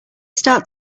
start